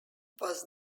was